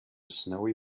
snowy